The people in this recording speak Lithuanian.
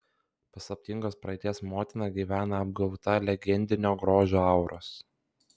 paslaptingos praeities motina gyvena apgaubta legendinio grožio auros